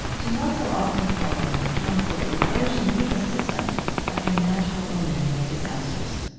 she's also often called in for counsel in ocean ecosystems after natural or manmade disasters